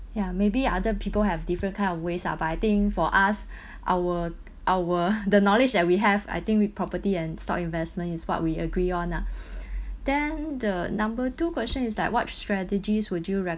ya maybe other people have different kind of ways ah but I think for us our our the knowledge that we have I think with property and stock investment is what we agree on ah then the number two question is like what strategies would you re~